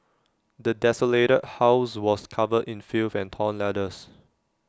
the desolated house was covered in filth and torn letters